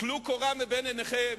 טלו קורה מבין עיניכם